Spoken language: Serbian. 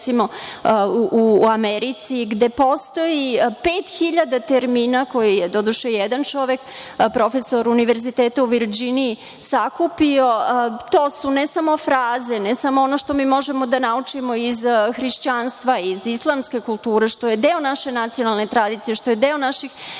u Americi, gde postoji 5.000 termina koje je jedan čovek, prof. univerziteta u Virdžiniji, sakupio. To su ne samo fraze, ne samo ono što mi možemo da naučimo iz hrišćanstva, iz islamske kulture, što je deo naše nacionalne tradicije, što je deo naših